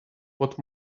what